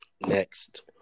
Next